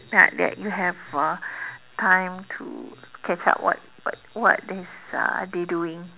that you have a the time to catch up what what what is uh they doing